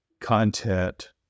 content